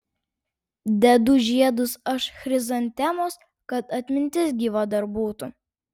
dedu žiedus aš chrizantemos kad atmintis gyva dar būtų